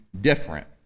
different